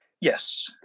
Yes